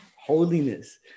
holiness